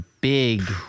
big